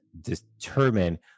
determine